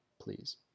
Please